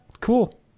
cool